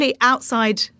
outside